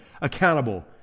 accountable